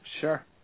Sure